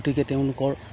গতিকে তেওঁলোকৰ